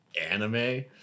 anime